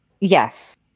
Yes